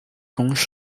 宗室